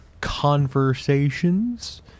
conversations